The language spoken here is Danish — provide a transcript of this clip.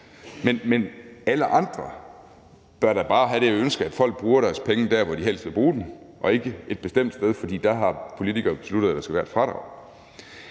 Men alle andre bør da bare have det ønske, at folk bruger deres penge der, hvor de helst vil bruge dem, og ikke et bestemt sted, fordi politikere dér har besluttet, at der skal være et fradrag.